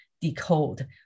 decode